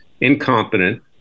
incompetent